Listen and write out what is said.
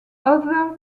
other